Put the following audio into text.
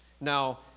Now